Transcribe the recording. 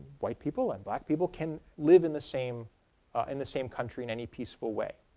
white people and black people can live in the same and the same country in any peaceful way.